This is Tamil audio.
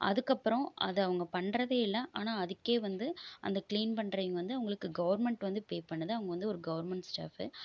அதுக்கப்புறம் அதை அவங்க பண்ணுறதே இல்லை ஆனால் அதுக்கே வந்து அந்த க்ளீன் பண்ணுறவிங்க வந்து அவங்களுக்கு கவர்மெண்ட் வந்து பே பண்ணுது அவங்க வந்து ஒரு கவர்மெண்ட் ஸ்டாஃப்பு